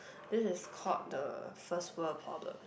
this is called the first world problem